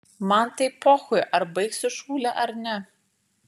man tai pochui ar baigsiu šūlę ar ne